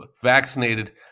vaccinated